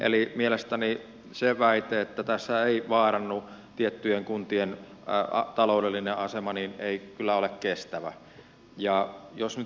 eli mielestäni se väite että tässä ei vaarannu tiettyjen kuntien taloudellinen asema ei kyllä ole kestävä